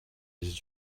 les